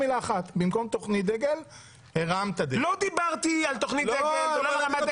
לא דיברתי על תוכנית דגל ולא על הרמת דגל.